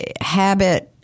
habit